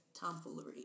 tomfoolery